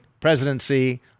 presidency